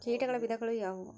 ಕೇಟಗಳ ವಿಧಗಳು ಯಾವುವು?